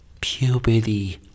puberty